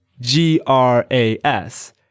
G-R-A-S